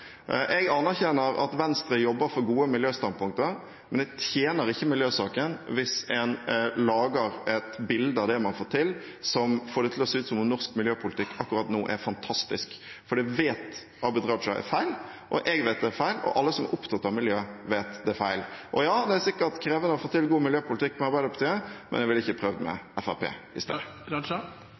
Jeg anerkjenner at Venstre jobber for gode miljøstandpunkter, men det tjener ikke miljøsaken hvis man lager et bilde av det man får til, som får det til å se ut som om norsk miljøpolitikk akkurat nå er fantastisk. Det vet Abid Raja er feil, jeg vet det er feil, og alle som er opptatt av miljø, vet det er feil. Og ja, det er sikkert krevende å få til god miljøpolitikk med Arbeiderpartiet, men jeg ville ikke prøvd med Fremskrittspartiet i